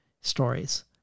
stories